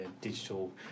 digital